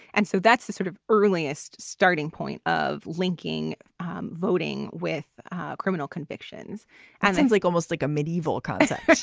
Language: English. and so that's the sort of earliest starting point of linking voting with criminal convictions and seems like almost like a medieval concept.